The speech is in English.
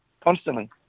constantly